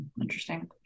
Interesting